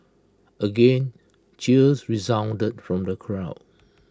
again cheers resounded from the crowd